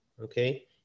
okay